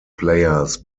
players